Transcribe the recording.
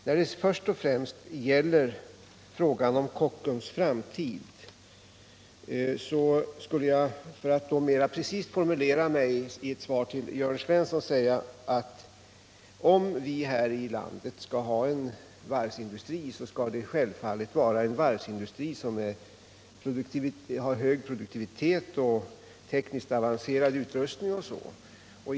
När det gäller Kockums framtid kan jag, för att mer precist formulera mig i ett svar till Jörn Svensson, säga att om vi här i landet skall ha en varvsindustri måste det självfallet vara en varvsindustri som har hög produktivitet, tekniskt avancerad utrustning m.m.